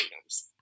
items